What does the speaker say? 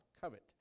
covet